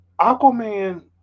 Aquaman